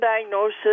diagnosis